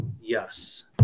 yes